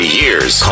years